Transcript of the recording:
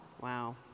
Wow